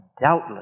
doubtless